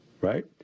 right